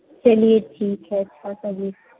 चलिए ठीक है छः सौ बीस